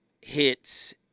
hits